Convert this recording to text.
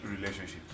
relationship